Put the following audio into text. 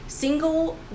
single